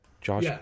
Josh